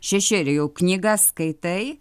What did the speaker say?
šešeri jau knygas skaitai